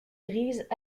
grises